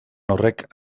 horrek